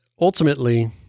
ultimately